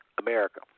America